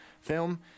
film